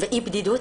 ואי בדידות